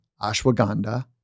ashwagandha